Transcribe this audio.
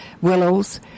willows